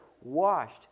washed